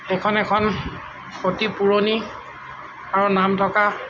এইখন এখন অতি পুৰণি আৰু নাম থকা